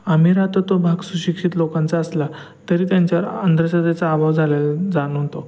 आम्ही राहतो तो भाग सुशिक्षित लोकांचा असला तरी त्यांच्यावर अंधश्रद्धेचा अभाव झालेल जाणवतो